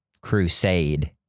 crusade